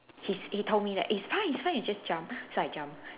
he's he told me that it's fine it's fine you just jump so I jumped